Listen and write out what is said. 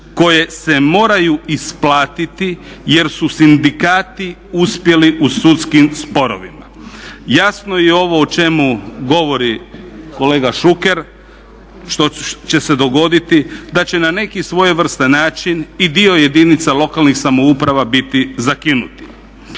koje se moraju isplatiti jer su sindikati uspjeli u sudskim sporovima. Jasno je ovo o čemu govori kolega Šuker što će se dogoditi, da će na neki svojevrstan način i dio jedinica lokalnih samouprava biti zakinuti.